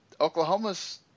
Oklahoma's